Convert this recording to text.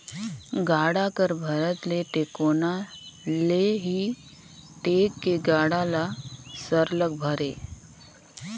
गाड़ा कर भरत ले टेकोना ले ही टेक के गाड़ा ल सरलग भरे